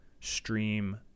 stream